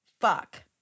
fuck